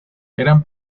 eran